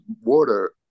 water